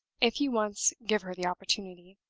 if you once give her the opportunity.